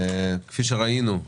כפי שראינו,